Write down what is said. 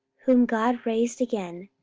whom god raised again,